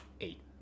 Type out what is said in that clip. Eight